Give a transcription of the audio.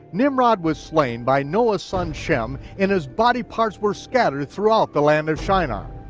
nimrod was slain by noah's son shem and his body parts were scattered throughout the land of shinar.